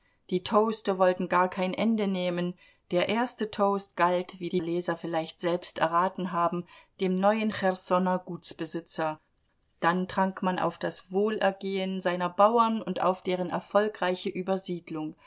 die toaste wollten gar kein ende nehmen der erste toast galt wie die leser vielleicht selbst erraten haben dem neuen cherssoner gutsbesitzer dann trank man auf das wohlergehen seiner bauern und auf deren erfolgreiche übersiedlung